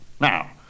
Now